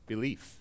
Belief